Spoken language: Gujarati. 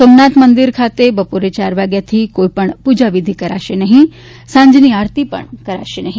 સોમનાથ મંદિર ખાતે બપોરે ચાર વાગ્યાથી કોઈપણ પૂજા વિધિ કરાશે નહિ સાંજની આરતી પણ કરાશે નહિ